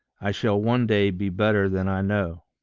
i shall one day be better than i know.